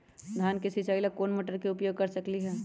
धान के सिचाई ला कोंन मोटर के उपयोग कर सकली ह?